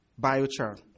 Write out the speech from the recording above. biochar